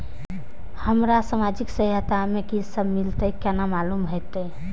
हमरा सामाजिक सहायता में की सब मिलते केना मालूम होते?